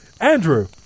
Andrew